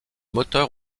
moteurs